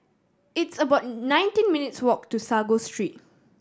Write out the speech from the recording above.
it's about nineteen minutes walk to Sago Street